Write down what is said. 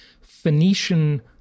Phoenician